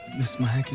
miss maya!